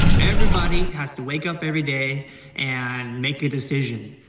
everybody has to wake up every day and make a decision.